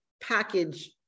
package